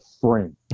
frame